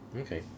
Okay